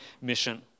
mission